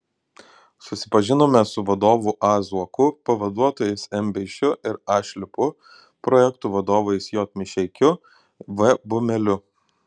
susipažinome su vadovu a zuoku pavaduotojais m beišiu ir a šliupu projektų vadovais j mišeikiu v bumeliu